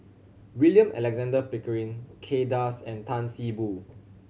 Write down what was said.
William Alexander Pickering Kay Das and Tan See Boo